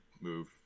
move